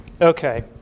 Okay